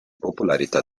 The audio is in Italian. popolarità